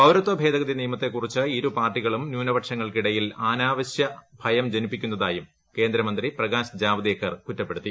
പൌരത്വ ഭേദഗതി നിയമത്തെ കുറിച്ച് ഇരു പാർട്ടികളും ന്യൂനപക്ഷങ്ങൾക്കിടയിൽ അനാവശ്യ ഭയം ജനിപ്പിക്കുന്നതായും കേന്ദ്രമന്ത്രി പ്രകാശ് ജാവ്ദേക്കർ കുറ്റപ്പെടുത്തി